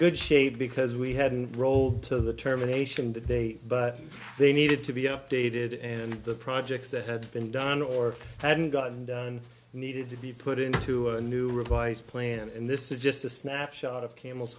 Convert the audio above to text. good shape because we hadn't rolled to the terminations to date but they needed to be updated and the projects that had been done or hadn't gotten done needed to be put into a new revised plan and this is just a snapshot of camels